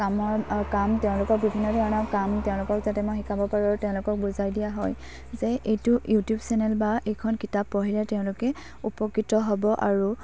কামৰ কাম তেওঁলোকৰ বিভিন্ন ধৰণৰ কাম তেওঁলোকক যাতে মই শিকাব পাৰোঁ তেওঁলোকক বুজাই দিয়া হয় যে এইটো ইউটিউব চেনেল বা এইখন কিতাপ পঢ়িলে তেওঁলোকে উপকৃত হ'ব আৰু